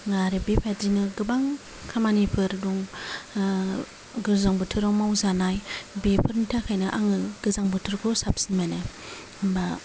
आरो बेबादिनो गोबां खामानिफोर दं गोजां बोथोराव मावजानाय बेफोरनि थाखायनो आङो गोजां बोथोरखौ साबसिन मोनो होम्बा